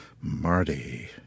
Marty